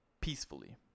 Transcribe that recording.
peacefully